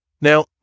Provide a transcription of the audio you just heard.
Now